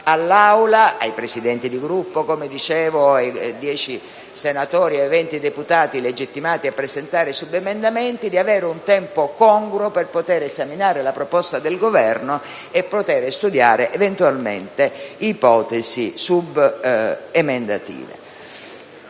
all'Aula e ai Presidenti di Gruppo - come già detto - o ai dieci senatori o venti deputati, legittimati a presentare subemendamenti, di avere un tempo congruo per esaminare la proposta del Governo e studiare eventualmente ipotesi subemendative.